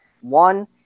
one